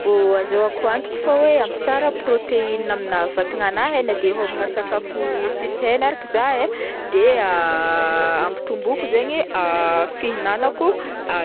Mbô ahazahoako antoko fô hoe ampy tsara proteina amina vatan'agnahy e na de homagna sakafo tsisy hena ary k- za e ampitomboiko zegny fihignanako